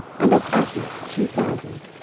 and of asses two thousand,